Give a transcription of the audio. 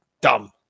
dumb